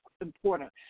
important